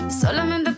solamente